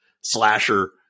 slasher